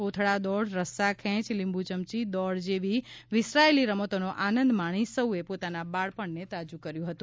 કોથળાદોડ રસ્સાખેંચ લિંબુચમચી દોડ જેવી વિસરાયેલી રમતોનો આનંદ માણી સૌએ પોતાના બાળપણને તાજ્ કર્યું હતું